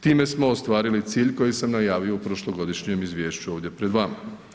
Time smo ostvarili cilj koji sam najavio u prošlogodišnjem izvješću ovdje pred vama.